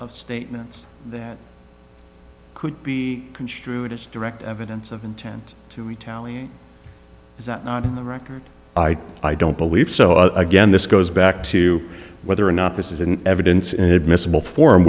of statements that could be construed as direct evidence of intent to retaliate is that on the record i don't believe so again this goes back to whether or not this is in evidence inadmissible for